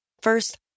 First